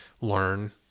learn